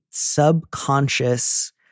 subconscious